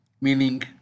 Meaning